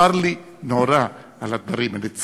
צר לי נורא על הדברים האלה.